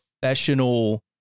professional